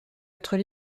autres